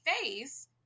face